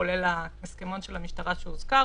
כולל ההסכמון של המשטרה שהוזכר,